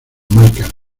michael